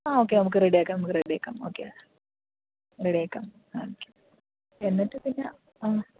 ആ ഓക്കെ നമുക്ക് റെഡി ആക്കാം നമുക്ക് റെഡി ആക്കാം ഓക്കെ റെഡിയാക്കാം ഓക്കെ എന്നിട്ട് പിന്നെ ആ